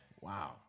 Wow